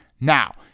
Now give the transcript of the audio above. Now